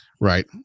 right